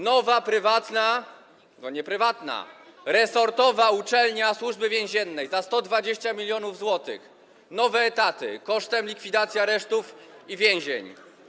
Nowa prywatna... nie prywatna, lecz resortowa uczelnia Służby Więziennej za 120 mln zł, nowe etaty kosztem likwidacji aresztów i więzień.